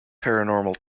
paranormal